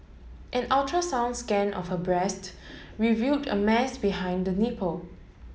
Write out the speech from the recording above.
an ultrasound scan of her breast revealed a mass behind the nipple